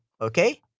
okay